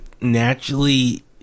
naturally